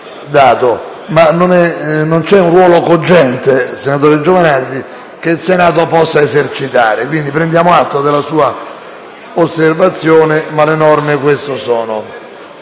infatti un ruolo cogente, senatore Giovanardi, che il Senato possa esercitare. Quindi, prendiamo atto della sua osservazione, ma le norme così